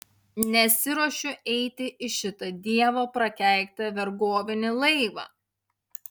nesiruošiu eiti į šitą dievo prakeiktą vergovinį laivą